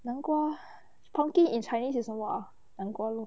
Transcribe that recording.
南瓜 pumpkin in chinese is 什么啊南瓜 oh